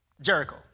Jericho